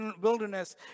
wilderness